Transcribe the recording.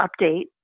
update